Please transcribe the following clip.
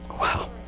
Wow